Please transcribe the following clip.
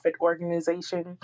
organization